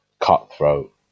cutthroat